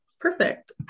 Perfect